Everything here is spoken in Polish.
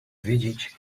wiedzieć